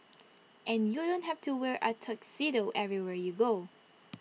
and you don't have to wear A tuxedo everywhere you go